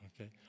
Okay